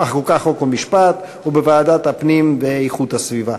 חוק ומשפט ובוועדת הפנים ואיכות הסביבה.